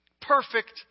perfect